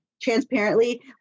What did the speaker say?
Transparently